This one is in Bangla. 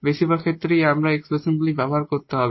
বেশিরভাগ ক্ষেত্রেই আমরা এই এক্সপেনশনগুলোকে ব্যবহার করতে হবে